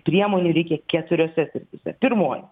priemonių reikia keturiose srityse pirmoji